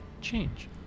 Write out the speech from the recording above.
change